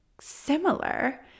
similar